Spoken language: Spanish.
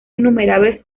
innumerables